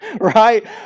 Right